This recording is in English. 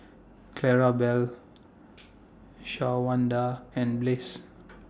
Clarabelle Shawanda and Bliss